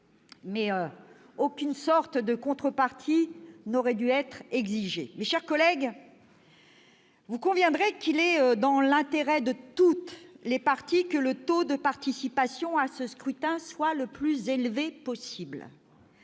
mais aucune sorte de « contrepartie » n'aurait dû être exigée. Mes chers collègues, vous conviendrez qu'il est dans l'intérêt de toutes les parties que le taux de participation à ce scrutin soit le plus élevé possible,